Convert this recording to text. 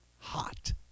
hot